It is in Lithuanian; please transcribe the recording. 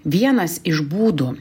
vienas iš būdų